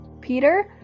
Peter